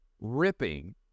ripping